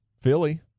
Philly